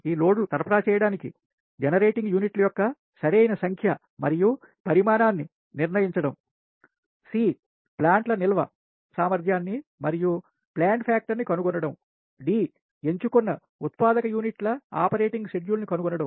ఈ లోడ్ను సరఫరా చేయడానికి జనరేటింగ్ యూనిట్ల యొక్క సరైన సంఖ్య మరియు పరిమాణాన్ని నిర్ణయించడం సి ప్లాంట్ల నిల్వరిజర్వు సామర్ధ్యాన్ని మరియు ప్లాంట్ ఫ్యాక్టర్ కనుగొనడం డి ఎంచు కున్న ఉత్పాదక యూనిట్ల ఆపరేటింగ్ షెడ్యూల్ను కనుగొనడం